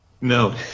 No